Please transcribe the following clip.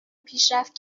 پیشرفت